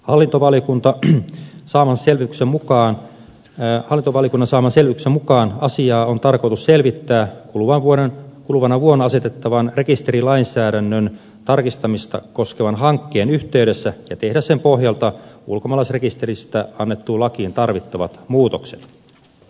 hallintovaliokunta saavan selityksen mukaan ja halitov oli hallintovaliokunnan saaman selvityksen mukaan asiaa on tarkoitus selvittää kuluvana vuonna asetettavan rekisterilainsäädännön tarkistamista koskevan hankkeen yhteydessä ja tehdä sen pohjalta ulkomaalaisrekisteristä annettuun lakiin tarvittavat muutokset